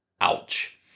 Ouch